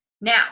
Now